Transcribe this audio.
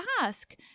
ask